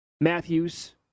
Matthews